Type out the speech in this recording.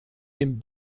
dem